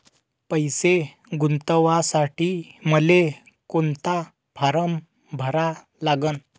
पैसे गुंतवासाठी मले कोंता फारम भरा लागन?